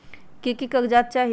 की की कागज़ात चाही?